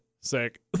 sick